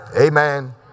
Amen